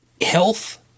health